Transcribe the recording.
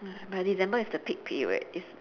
by december it's the peak period it's